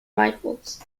rifles